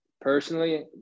Personally